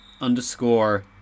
underscore